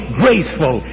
graceful